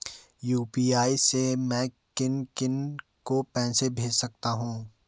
UPI से मैं किन किन को पैसे भेज सकता हूँ?